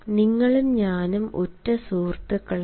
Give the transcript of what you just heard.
നിങ്ങളും ഞാനും ഉറ്റസുഹൃത്തുക്കളാണ്